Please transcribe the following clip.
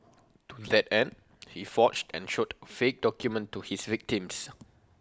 to that end he forged and showed A fake document to his victims